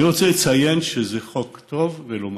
אני רוצה לציין שזה חוק טוב, ולא מספיק,